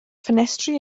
ffenestri